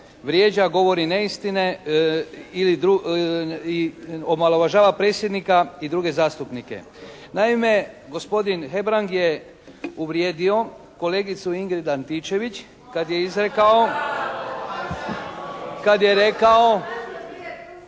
vrijeđa, govori neistine, omalovažava predsjednika i druge zastupnike. Naime, gospodin Hebrang je uvrijedio kolegicu Ingrid Antičević kad je izrekao, kad je rekao